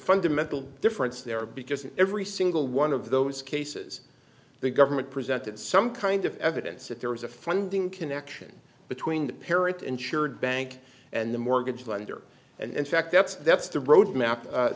fundamental difference there because every single one of those cases the government presented some kind of evidence that there was a funding connection between the parent insured bank and the mortgage lender and in fact that's that's the roadmap